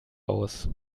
aus